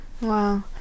Wow